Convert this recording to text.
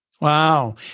Wow